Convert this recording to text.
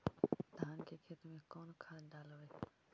धान के खेत में कौन खाद डालबै?